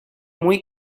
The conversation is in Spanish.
muy